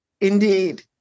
Indeed